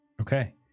Okay